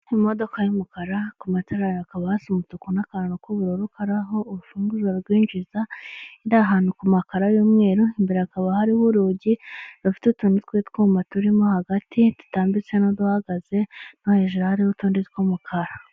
Imodoka y'umukara, ku matara hakaba hasi umutuku n'akantu k'ubururu kari aho urufunguzo rwinjiza, iri ahantu ku makaro y'umweru, imbere hakaba hariho urugi rufite utundi twutwuma turimo hagati dutambitse n'uduhagaze no hejuru hariho utundi tw'umukara.